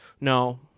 no